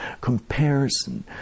comparison